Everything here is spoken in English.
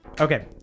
Okay